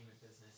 business